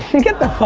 get the